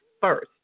first